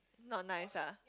not nice ah